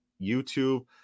youtube